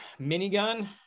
minigun